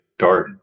Darden